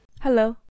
Hello